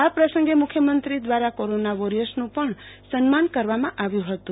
આ પ્રસંગે મુખ્યમંત્રી દ્વારા કોરોના વોરિયર્સનું પણ સન્માન કરવામાં આવ્યું હતું